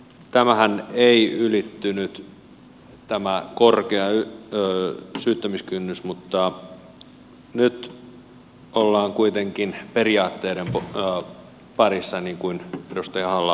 tämähän ei ylittynyt tämä korkea syyttämiskynnys mutta nyt ollaan kuitenkin periaatteiden parissa niin kuin edustaja halla aho sanoi